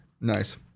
Nice